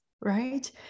right